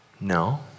No